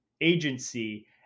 agency